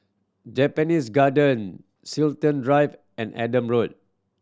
Japanese Garden Chiltern Drive and Adam Road